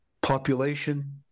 population